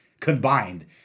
combined